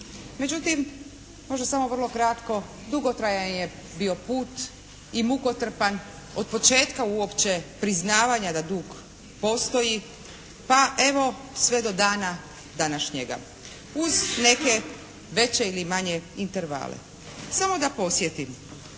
Međutim, možda samo vrlo kratko. Dugotrajan je bio put i mukotrpan od početka uopće priznavanja da dug postoji. Pa evo, sve do dana današnjega. Uz neke veće ili manje intervale. Samo da podsjetim.